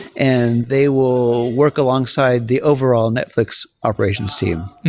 and they will work alongside the overall netflix operations team.